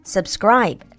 Subscribe